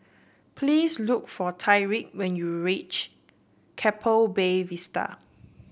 please look for Tyreek when you reach Keppel Bay Vista